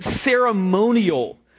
ceremonial